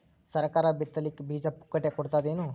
ಸರಕಾರ ಬಿತ್ ಲಿಕ್ಕೆ ಬೀಜ ಪುಕ್ಕಟೆ ಕೊಡತದೇನು?